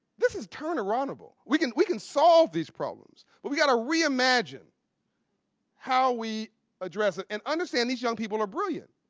this is turn aroundable. we can we can solve these problems. but we've got to reimagine how we address ah and understand these young people are brilliant.